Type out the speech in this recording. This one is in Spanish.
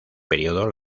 periodo